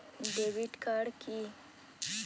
Debit card কি?